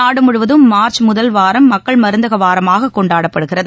நாடு முழுவதும் மார்ச் முதல் வாரம் மக்கள் மருந்தக வாரமாக கொண்டாடப்படுகிறது